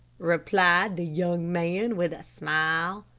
replied the young man, with a smile.